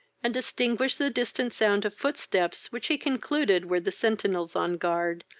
and distinguished the distant sound of footsteps, which he concluded were the centinels on guard,